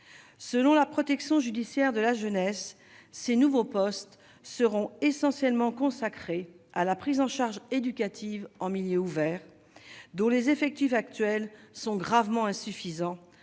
selon la protection judiciaire de la jeunesse, ces nouveaux postes seront essentiellement consacrés à la prise en charge éducative en milieu ouvert, dont les effectifs actuels sont gravement insuffisants,